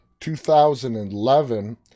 2011